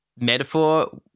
metaphor